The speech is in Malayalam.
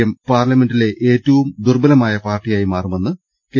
എം പാർല മെന്റിലെ ഏറ്റവും ദുർബ്ബലമായ പാർട്ടിയായി മാറുമെന്ന് കെ